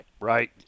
Right